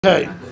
Okay